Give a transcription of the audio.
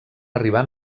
arribar